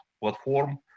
platform